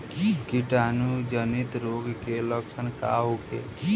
कीटाणु जनित रोग के लक्षण का होखे?